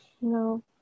No